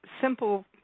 simple